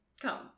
Come